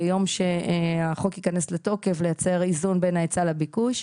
בחוק שהיום ייכנס לתוקף לייצר איזון בין ההיצע לביקוש,